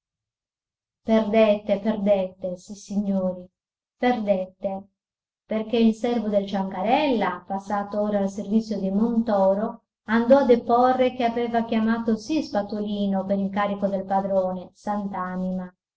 perdette perdette sissignori perdette perché il servo del ciancarella passato ora al servizio dei montoro andò a deporre che aveva chiamato sì spatolino per incarico del padrone sant'anima ma